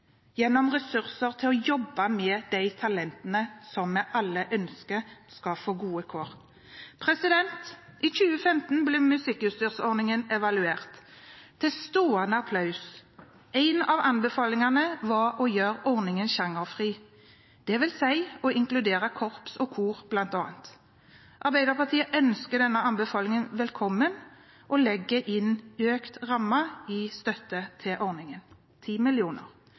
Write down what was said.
gjennom ressurser til å jobbe med de talentene som vi alle ønsker skal få gode kår. I 2015 ble musikkutstyrsordningen evaluert – til stående applaus. En av anbefalingene var å gjøre ordningen sjangerfri, dvs. å inkludere bl.a. korps og kor. Arbeiderpartiet ønsker denne anbefalingen velkommen og legger inn økt ramme i støtte til ordningen,